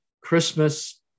Christmas